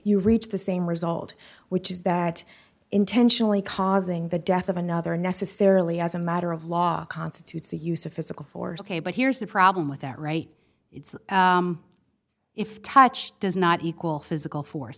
you reach the same result which is that intentionally causing the death of another necessarily as a matter of law constitutes the use of physical force but here's the problem with that right it's if touched does not equal physical force